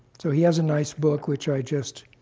so he has a nice book, which i just